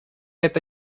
это